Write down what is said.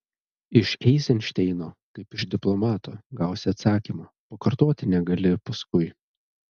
iš eizenšteino kaip iš diplomato gausi atsakymą pakartoti negali paskui